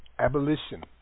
Abolition